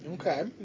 Okay